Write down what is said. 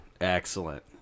Excellent